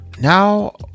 now